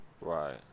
Right